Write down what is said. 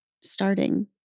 starting